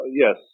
yes